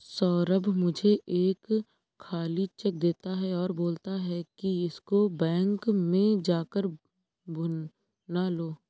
सौरभ मुझे एक खाली चेक देता है और बोलता है कि इसको बैंक में जा कर भुना लो